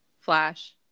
Flash